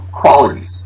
qualities